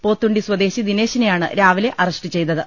പോത്തുണ്ടി സ്വദേശി ദിനേശിനെയാണ് രാവിലെ അറസ്റ്റ് ചെയ്തത്